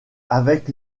avec